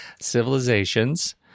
civilizations